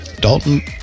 Dalton